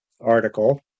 article